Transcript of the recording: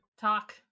Talk